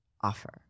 offer